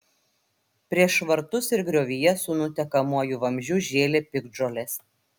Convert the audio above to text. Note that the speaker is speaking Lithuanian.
prieš vartus ir griovyje su nutekamuoju vamzdžiu žėlė piktžolės